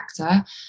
actor